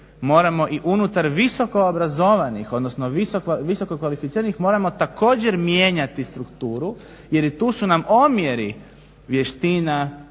moramo i unutar visoko obrazovanih odnosno visoko kvalificiranih moramo također mijenjati strukturu jer i tu su nam omjeri vještina